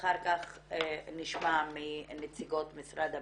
ואחר כך נשמע את נציגות משרד המשפטים.